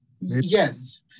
Yes